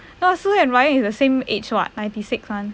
si hui and ryan is the same age what ninety six one